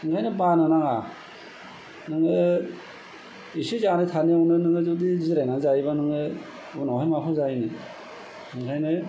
ओंखायनो बानो नाङा नोङो इसे जानो थानायावनो नोङो जुदि जिरायनानै जायोबा नोङो उनावहाय माखौ जाहैनो ओंखायनो